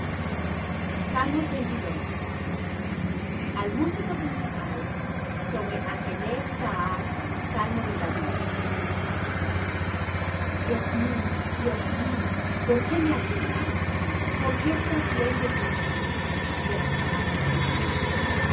tu poderío al músico principal sobre ajeleth sahar salmo de david dios mío dios mío por qué me has dejado por qué estás lejos de mi salud y de las palabras de mi clamor